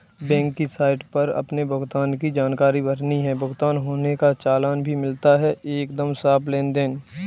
bank की site पर अपने भुगतान की जानकारी भरनी है, भुगतान होने का चालान भी मिलता है एकदम साफ़ लेनदेन